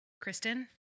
Kristen